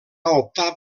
optar